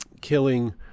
killing